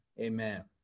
Amen